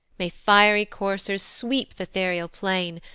may fiery coursers sweep th' ethereal plain,